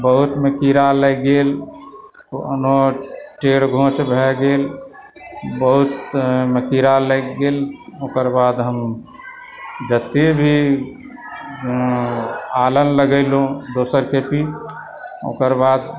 बहुतमे कीड़ा लागि गेल कोनो टेढ़ गाछ भए गेल बहुतमे कीड़ा लागि गेल ओकर बाद हम जतए भी आलन लगयलहुँ दोसर खेती ओकर बाद